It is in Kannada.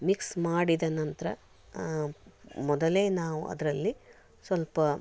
ಮಿಕ್ಸ್ ಮಾಡಿದ ನಂತರ ಮೊದಲೇ ನಾವು ಅದರಲ್ಲಿ ಸಲ್ಪ